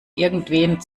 irgendwen